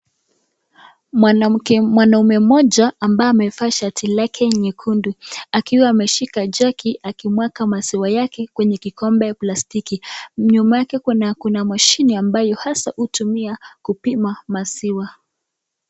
Mwanaume mmoja ambaye amevaa shati lake nyekundu akiwa ameshika jaki aki mwanga maziwa yake kwenye kikombe cha plastaki nyuma yake kuna mashini ambayo hasa hutumia kupima maziwa.